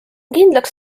kindlaks